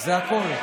זה הכול.